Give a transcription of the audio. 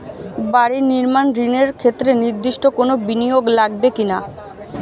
বাড়ি নির্মাণ ঋণের ক্ষেত্রে নির্দিষ্ট কোনো বিনিয়োগ লাগবে কি না?